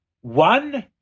One